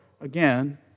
again